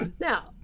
Now